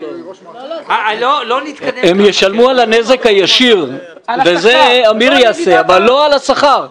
הם ישלמו על הנזק הישיר ואת זה אמיר יעשה אבל לא על השכר.